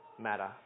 matter